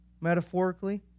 metaphorically